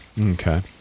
Okay